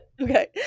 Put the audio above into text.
Okay